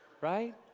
Right